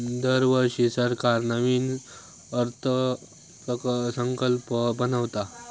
दरवर्षी सरकार नवीन अर्थसंकल्प बनवता